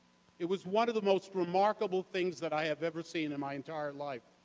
it was one of the most remarkable things that i have ever seen in my entire life,